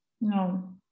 No